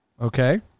Okay